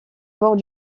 bords